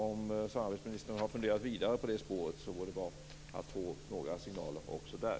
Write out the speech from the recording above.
Om samarbetsministern har funderat vidare på det spåret vore det bra att få några signaler också där.